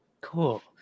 Cool